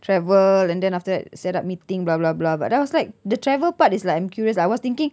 travel and then after that set up meeting blah blah blah but I was like the travel part is like I'm curious I was thinking